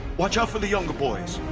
watch out for the younger boys!